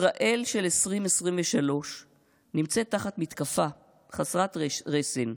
ישראל של 2023 נמצאת תחת מתקפה חסרת רסן.